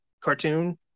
cartoon